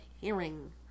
hearing